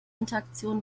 interaktion